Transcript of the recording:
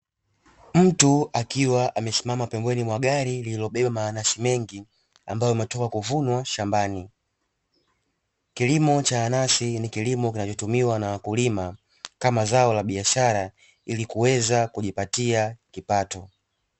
Mtu akiwa amesimama pembeni mwa gari lililobeba mananasi mengi ambayo yametoka kuvunwa shambani. Kilimo cha nanasi ni kilimo kinachotumiwa na wakulima kama zao la biashara ili kuweza kujipatia kipato.